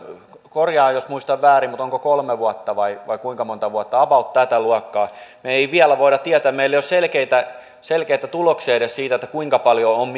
korjaa jos muistan väärin mutta onko kolme vuotta vai vai kuinka monta vuotta about tätä luokkaa me emme vielä voi tietää meillä ei ole selkeitä selkeitä tuloksia edes siitä kuinka paljon on